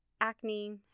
acne